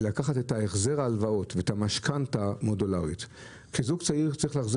לקחת את החזר ההלוואות ואת המשכנתא המודולרית כי זוג צעיר צריך להחזיר